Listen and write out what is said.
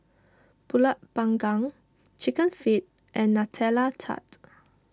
Pulut Panggang Chicken Feet and Nutella Tart